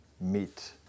meet